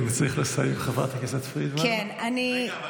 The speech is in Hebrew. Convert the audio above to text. אין לי בעיה לא